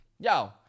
Yo